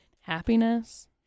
happiness